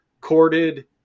corded